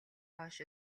хойш